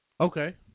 Okay